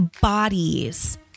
bodies